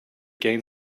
gain